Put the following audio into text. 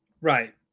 Right